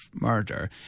murder